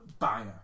banger